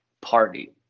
party